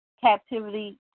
captivity